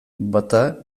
bata